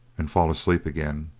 and fall asleep again.